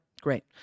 great